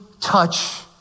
touch